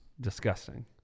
Disgusting